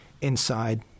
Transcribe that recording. inside